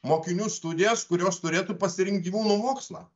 mokinių studijas kurios turėtų pasirinkti gyvūnų mokslą